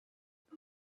nach